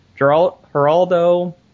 Geraldo